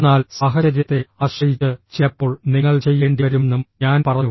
എന്നാൽ സാഹചര്യത്തെ ആശ്രയിച്ച് ചിലപ്പോൾ നിങ്ങൾ ചെയ്യേണ്ടിവരുമെന്നും ഞാൻ പറഞ്ഞു